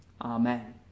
Amen